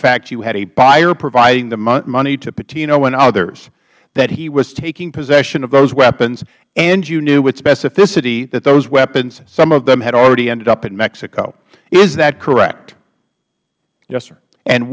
fact you had a buyer providing the money to patino and others that he was taking possession of those weapons and you knew with specificity that those weapons some of them had already ended up in mexico is that correct